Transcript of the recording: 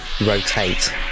rotate